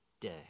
day